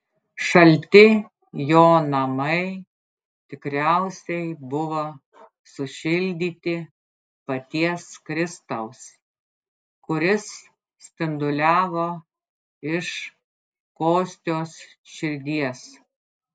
šalti jo namai tikriausiai buvo sušildyti paties kristaus kuris spinduliavo iš kostios širdies